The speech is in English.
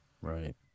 Right